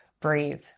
breathe